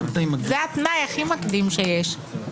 זה התנאי הכי מקדים שיש.